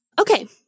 Okay